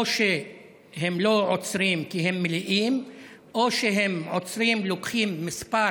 או שהם לא עוצרים כי הם מלאים או שהם עוצרים ולוקחים מספר